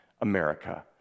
America